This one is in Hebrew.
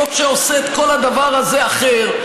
חוק שעושה את כל הדבר הזה אחר,